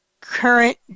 current